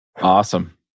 Awesome